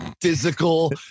physical